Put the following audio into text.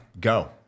Go